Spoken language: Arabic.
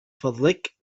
فضلك